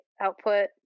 output